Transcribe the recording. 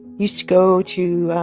used to go to